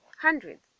Hundreds